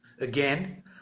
Again